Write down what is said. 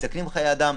מסכנים חיי אדם.